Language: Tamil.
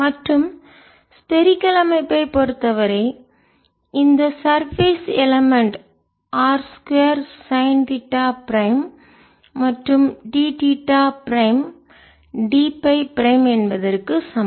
மற்றும் ஸ்பெரிக்கள் கோள அமைப்பைப் பொறுத்தவரை இந்த சர்பேஸ் மேற்பரப்பு எலமென்ட் உறுப்பு ஆர் 2 சைன் தீட்டா பிரைம் மற்றும் d theta prime d pi prime என்பதற்கு சமம்